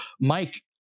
Mike